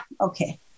okay